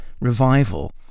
revival